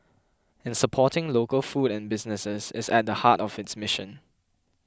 and supporting local food and businesses is at the heart of its mission